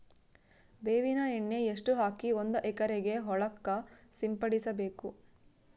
ಬೇವಿನ ಎಣ್ಣೆ ಎಷ್ಟು ಹಾಕಿ ಒಂದ ಎಕರೆಗೆ ಹೊಳಕ್ಕ ಸಿಂಪಡಸಬೇಕು?